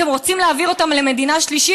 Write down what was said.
אתם רוצים להעביר אותם למדינה שלישית?